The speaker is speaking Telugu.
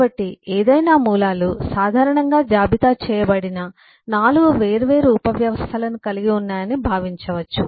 కాబట్టి ఏదైనా మూలాలు సాధారణంగా జాబితా చేయబడిన నాలుగు వేర్వేరు ఉపవ్యవస్థలను కలిగి ఉన్నాయని భావించవచ్చు